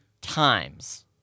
times